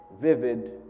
vivid